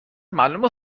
معلومه